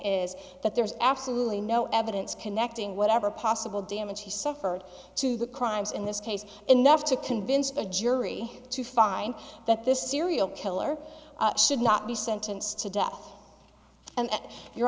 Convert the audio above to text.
is that there is absolutely no evidence connecting whatever possible damage he suffered to the crimes in this case enough to convince the jury to find that this serial killer should not be sentenced to death and you